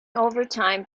overtime